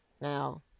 Now